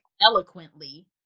eloquently